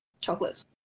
chocolates